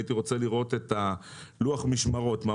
הייתי רוצה לראות את לוח המשמרות של נמל אשדוד,